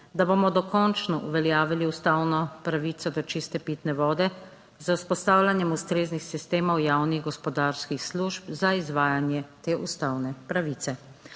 da bomo dokončno uveljavili ustavno pravico do čiste pitne vode z vzpostavljanjem ustreznih sistemov javnih gospodarskih služb za izvajanje te ustavne pravice.